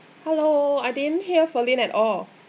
hello I didn't hear ferline at all